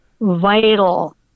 vital